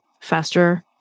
faster